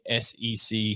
SEC